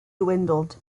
dwindled